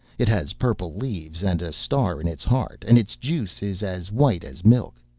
it has purple leaves, and a star in its heart, and its juice is as white as milk.